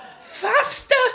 Faster